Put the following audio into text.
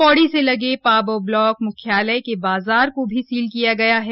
पौड़ी से लगे पाबौ ब्लाक मुख्यालय के बाजार को भी सील किया गया है